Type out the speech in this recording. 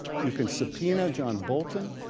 you can subpoena john bolton,